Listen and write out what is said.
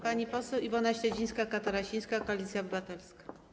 Pani poseł Iwona Śledzińska-Katarasińska, Koalicja Obywatelska.